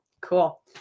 cool